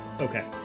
okay